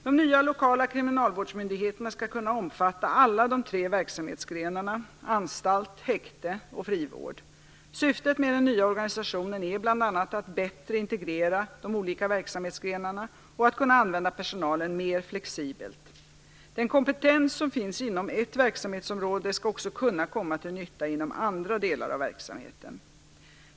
De nya lokala kriminalvårdsmyndigheterna skall kunna omfatta alla de tre verksamhetsgrenarna anstalt, häkte och frivård. Syftet med den nya organisationen är bl.a. att bättre integrera de olika verksamhetsgrenarna och att kunna använda personalen mer flexibelt. Den kompetens som finns inom ett verksamhetsområde skall också kunna komma till nytta inom andra delar av verksamheten.